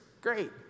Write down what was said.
great